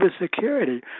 cybersecurity